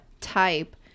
type